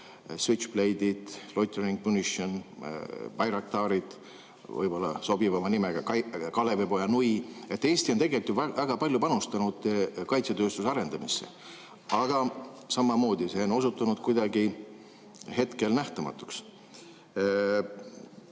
Switchblade'id, loitering munition, Bayraktarid, võib-olla sobivama nimega Kalevipoja nui? Eesti on tegelikult ju väga palju panustanud kaitsetööstuse arendamisse. Aga samamoodi on see hetkel osutunud kuidagi nähtamatuks.